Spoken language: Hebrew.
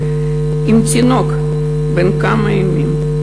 עם תינוק בן כמה ימים,